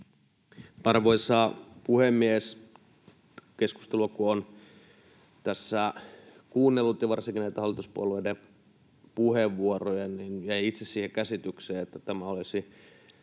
Arvoisa puhemies! Kun olen keskustelua tässä kuunnellut ja varsinkin näitä hallituspuolueiden puheenvuoroja, niin jäin itse siihen käsitykseen, että tämä olisi